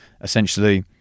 essentially